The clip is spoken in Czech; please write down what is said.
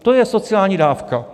To je sociální dávka.